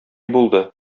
булды